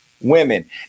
women